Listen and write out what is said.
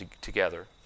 together